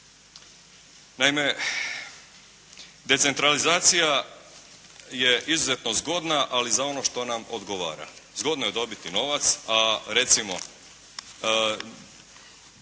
Naime, decentralizacija je izuzetno zgodna, ali za ono što nam odgovara. Zgodno je dobiti novac, a recimo